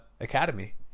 academy